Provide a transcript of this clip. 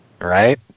Right